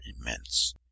immense